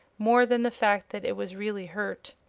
more than the fact that it was really hurt.